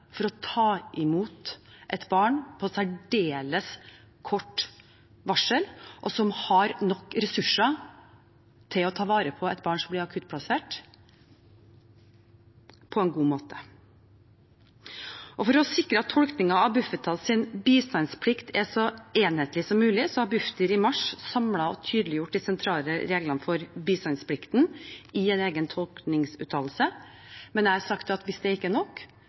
til å ta imot et barn på særdeles kort varsel, og som har nok ressurser til å ta vare på et barn som blir akuttplassert, på en god måte. For å sikre at tolkningen av Bufetats bistandsplikt er så enhetlig som mulig, har Bufdir i mars samlet og tydeliggjort de sentrale reglene for bistandsplikten i en egen tolkningsuttalelse. Men jeg har sagt at hvis det ikke er nok,